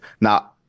Now